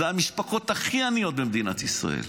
אלה המשפחות הכי עניות במדינת ישראל.